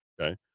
okay